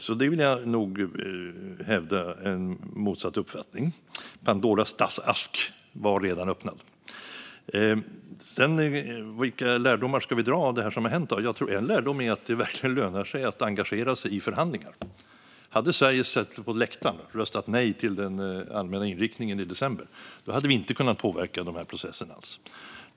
Så här vill jag nog hävda en motsatt uppfattning. Pandoras ask var redan öppnad. Vilka lärdomar ska vi då dra av det som har hänt? En lärdom tror jag är att det verkligen lönar sig att engagera sig i förhandlingar. Om Sverige hade suttit på läktaren och röstat nej till den allmänna inriktningen i december hade vi inte kunnat påverka processen alls.